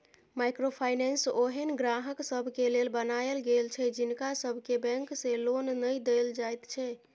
micro finance ओहेन ग्राहक सबके लेल बनायल गेल छै जिनका सबके बैंक से लोन नै देल जाइत छै